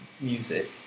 music